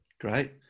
Great